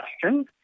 question